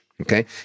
Okay